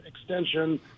extension